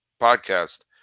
podcast